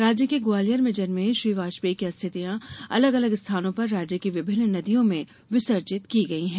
राज्य के ग्वालियर में जन्मे श्री वाजपेयी की अस्थियां अलग अलग स्थानों पर राज्य की विभिन्न नदियों में विसर्जित की गयी हैं